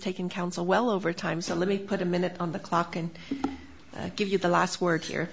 taken counsel well over time so let me put a minute on the clock and give you the last work here